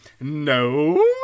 No